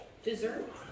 Dessert